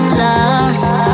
lost